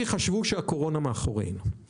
הוא נסגר כי חשבו שהקורונה מאחורינו.